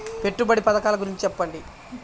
పెట్టుబడి పథకాల గురించి చెప్పండి?